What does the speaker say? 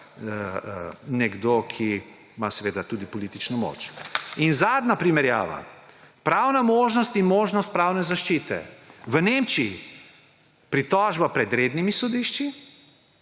nekdo, ki ima seveda tudi politično moč. In zadnja primerjava: pravna možnost in možnost pravne zaščite. V Nemčiji pritožba pred rednimi sodišči,